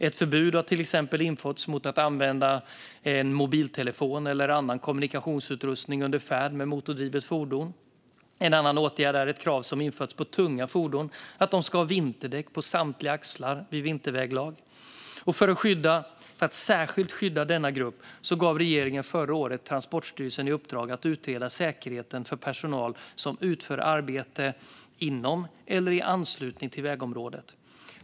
Ett förbud har till exempel införts mot att använda mobiltelefon eller annan kommunikationsutrustning under färd med motordrivet fordon. En annan åtgärd är att ett krav har införts på att tunga fordon ska ha vinterdäck på samtliga axlar vid vinterväglag. För att särskilt skydda denna grupp gav regeringen förra året Transportstyrelsen i uppdrag att utreda säkerheten för personal som utför arbete inom eller i anslutning till vägområdet.